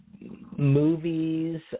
movies